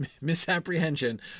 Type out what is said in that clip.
misapprehension